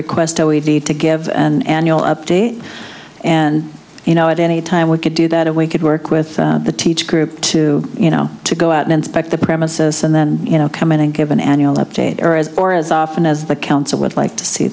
request all we need to give and you'll update and you know at any time we could do that and we could work with the teach group to you know to go out and inspect the premises and then you know come in and give an annual update or as or as often as the council would like to see